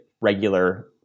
regular